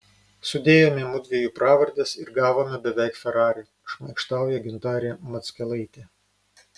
sudėjome mudviejų pravardes ir gavome beveik ferrari šmaikštauja gintarė mackelaitė